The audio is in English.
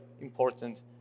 important